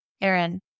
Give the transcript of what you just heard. Aaron